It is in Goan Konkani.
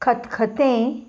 खतखतें